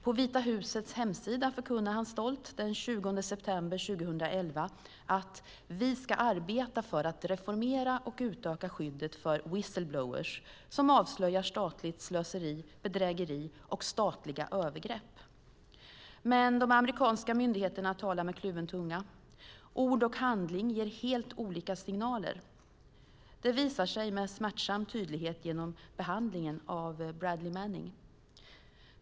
På Vita husets hemsida förkunnade hand stolt den 20 september 2011 att "vi ska arbeta för att reformera och utöka skyddet för 'whistleblowers' som avslöjar statligt slöseri, bedrägeri och statliga övergrepp". Men de amerikanska myndigheterna talar med kluven tunga. Ord och handling ger helt olika signaler. Det visar sig med smärtsam tydlighet genom behandlingen av Bradley Manning.